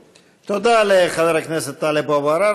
תודה לחבר הכנסת טלב אבו עראר.